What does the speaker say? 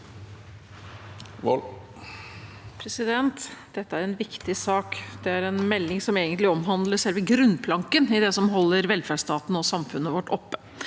Dette er en viktig sak. Det er en melding som egentlig omhandler selve grunnplanken i det som holder velferdsstaten og samfunnet vårt oppe,